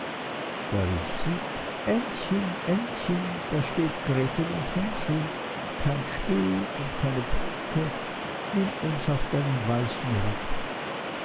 entchen entchen da steht gretel und hänsel kein steg und keine brücke nimm uns auf deinen weißen rücken